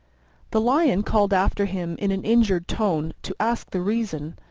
the lion called after him in an injured tone to ask the reason,